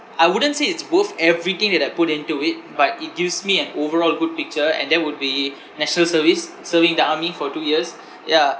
I wouldn't say it's worth everything that I put into it but it gives me an overall good picture and that would be national service serving the army for two years yeah